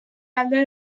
alde